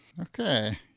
okay